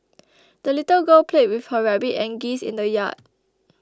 the little girl played with her rabbit and geese in the yard